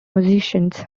musicians